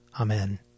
Amen